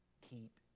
keep